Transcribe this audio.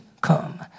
come